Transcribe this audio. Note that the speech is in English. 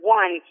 one